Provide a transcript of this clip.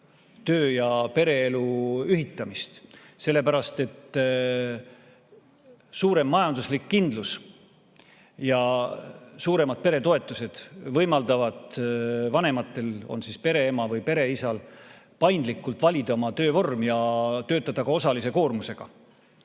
töö‑ ja pereelu ühitamist, sellepärast et suurem majanduslik kindlus ja suuremad peretoetused võimaldavad vanematel – on siis pereemal või pereisal – paindlikult valida oma töövorm ja töötada ka osalise koormusega.